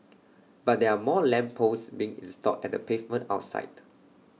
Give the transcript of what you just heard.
but there are more lamp posts being installed at the pavement outside